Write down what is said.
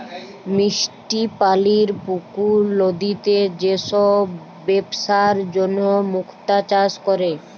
মিষ্টি পালির পুকুর, লদিতে যে সব বেপসার জনহ মুক্তা চাষ ক্যরে